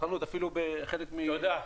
תודה.